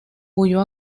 huyó